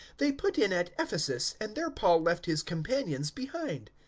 they put in at ephesus, and there paul left his companions behind.